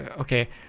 Okay